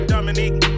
Dominique